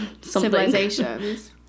civilizations